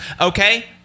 Okay